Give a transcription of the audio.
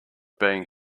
being